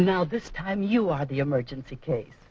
now this time you are the emergency case